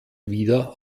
wieder